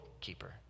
keeper